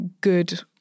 good